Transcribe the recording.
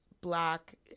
black